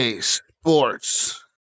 sports